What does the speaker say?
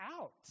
out